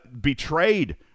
betrayed